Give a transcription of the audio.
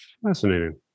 Fascinating